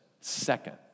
second